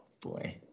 boy